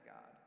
God